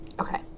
Okay